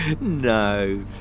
No